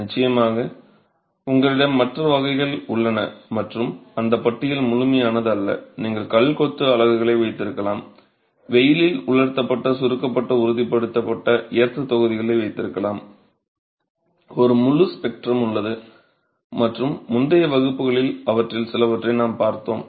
நிச்சயமாக உங்களிடம் மற்ற வகைகள் உள்ளன மற்றும் அந்த பட்டியல் முழுமையானது அல்ல நீங்கள் கல் கொத்து அலகுகளை வைத்திருக்கலாம் வெயிலில் உலர்த்தப்பட்ட சுருக்கப்பட்ட உறுதிப்படுத்தப்பட்ட எர்த் தொகுதிகளை வைத்திருக்கலாம் ஒரு முழு ஸ்பெக்ட்ரம் உள்ளது மற்றும் முந்தைய வகுப்புகளில் அவற்றில் சிலவற்றை நாம் பார்த்தோம்